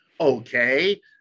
Okay